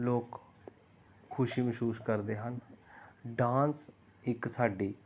ਲੋਕ ਖੁਸ਼ੀ ਮਹਿਸੂਸ ਕਰਦੇ ਹਨ ਡਾਂਸ ਇੱਕ ਸਾਡੀ